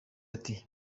ati